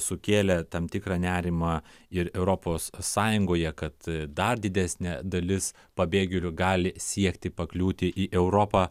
sukėlė tam tikrą nerimą ir europos sąjungoje kad dar didesnė dalis pabėgėlių gali siekti pakliūti į europą